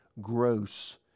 gross